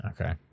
Okay